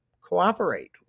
cooperate